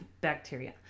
bacteria